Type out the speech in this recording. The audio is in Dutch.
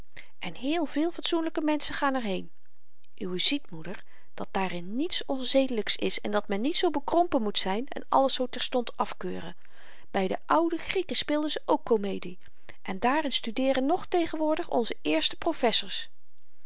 en heel veel fatsoenlyke menschen gaan er heen uwe ziet moeder dat daarin niets onzedelyks is en dat men niet zoo bekrompen moet zyn en alles zoo terstond afkeuren by de oude grieken speelden ze ook komedie en daarin studeeren nog tegenwoordig onze eerste professers